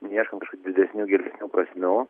neieškant kažkokių didesnių gilesnių prasmių